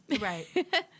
Right